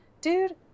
dude